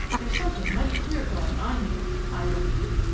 there's something mighty queer going on here, i believe.